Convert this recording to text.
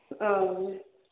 ஆ